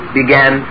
began